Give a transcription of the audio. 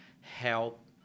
help